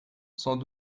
sans